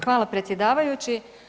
Hvala predsjedavajući.